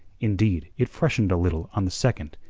indeed it freshened a little on the second,